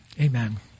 Amen